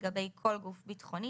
לגבי כל גוף ביטחוני,